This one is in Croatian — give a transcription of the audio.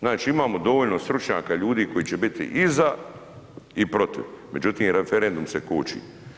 Znači imamo dovoljno stručnjaka ljudi koji će biti i za i protiv, međutim referendum se koči.